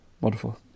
wonderful